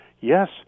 yes